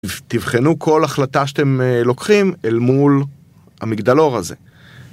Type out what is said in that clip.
תבחנו כל החלטה שאתם לוקחים אל מול המגדלור הזה